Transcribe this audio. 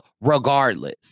regardless